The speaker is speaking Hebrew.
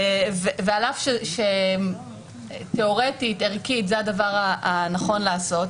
ועל אף שתיאורטית, ערכית, זה הדבר הנכון לעשות,